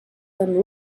them